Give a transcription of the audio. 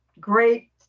great